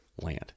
land